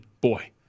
boy